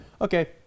okay